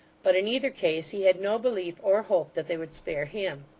but in either case he had no belief or hope that they would spare him.